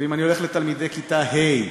ואם אני הולך לתלמידי כיתה ה'